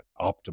optimal